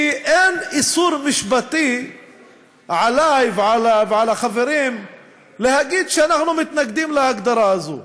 כי אין איסור משפטי עלי ועל החברים להגיד שאנחנו מתנגדים להגדרה הזאת.